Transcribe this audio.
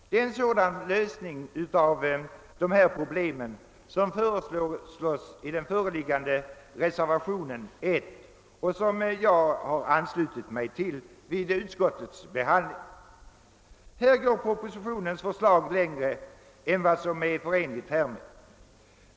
Det är en sådan lösning av dessa problem som föreslås i den föreliggande reservationen 1, som jag har anslutit mig till i utskottet.